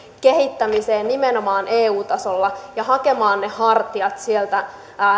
kehittämiseen nimenomaan eu tasolla ja hakemaan ne hartiat sieltä